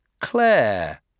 Claire